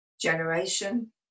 generation